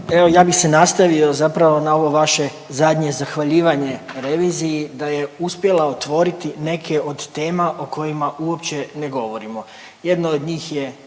Evo, ja bih se nastavio zapravo na ovo vaše zadnje zahvaljivanje reviziji da je uspjela otvoriti neke od tema o kojima uopće ne govorimo. Jedna od njih je